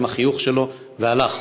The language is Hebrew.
עם החיוך שלו והלך.